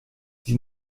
die